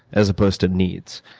as opposed to needs.